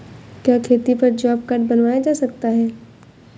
क्या खेती पर जॉब कार्ड बनवाया जा सकता है?